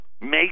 make